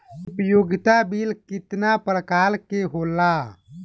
उपयोगिता बिल केतना प्रकार के होला?